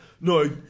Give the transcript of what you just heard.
no